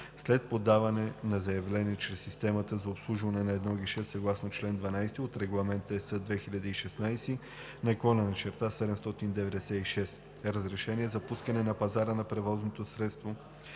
след подаване на заявление чрез системата за обслужване на едно гише съгласно член 12 от Регламент (ЕС) 2016/796. Разрешение за пускане на пазара на превозно средство